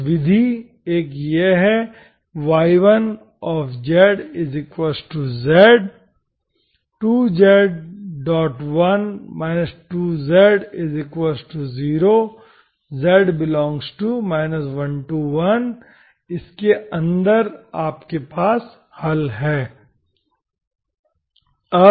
तो विधि एक यह है y1zz ⇒ 2z1 2z0 z∈ 1 1 इसके अंदर आपके पास हल है